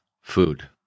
food